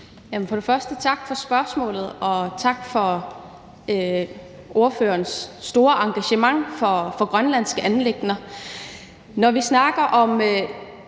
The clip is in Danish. tak for spørgsmålet, og tak for ordførerens store engagement i grønlandske anliggender.